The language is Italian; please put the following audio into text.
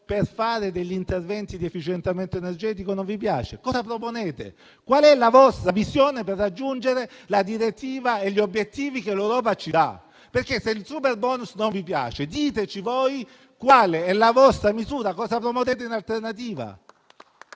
per fare degli interventi di efficientamento energetico potrà non piacervi, ma allora cosa proponete? Qual è la vostra visione per raggiungere la direttiva e gli obiettivi che l'Europa ci pone? Se il superbonus non vi piace, diteci voi qual è la misura che voi proponete in alternativa.